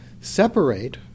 separate